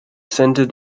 centered